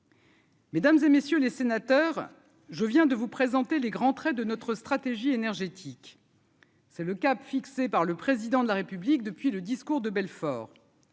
Mesdames et messieurs les sénateurs, je viens de vous présenter les grands traits de notre stratégie énergétique, c'est le cap fixé par le président de la République depuis le discours de Belfort